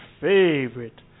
favorite